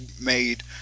made